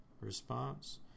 Response